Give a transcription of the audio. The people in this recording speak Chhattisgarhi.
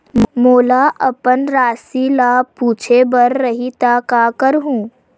मोला अपन राशि ल पूछे बर रही त का करहूं?